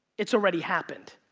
it's already happened.